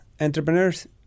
entrepreneurs